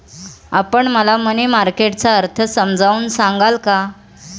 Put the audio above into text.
आपण मला money market चा अर्थ समजावून सांगाल का?